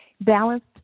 balanced